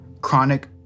chronic